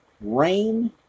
rain